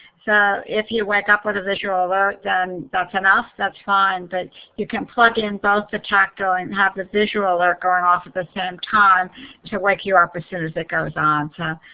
so if you wake up with a visual alert, then that's enough, that's fine. but you can plug in both the tactile and have the visual alert going off at the same time to wake you ah up as soon as it goes on.